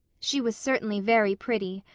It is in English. she was certainly very pretty,